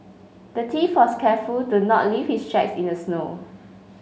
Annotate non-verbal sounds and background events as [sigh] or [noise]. the [unintelligible] was careful to not leave his tracks in the snow